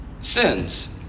sins